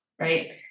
right